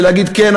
ולהגיד: כן,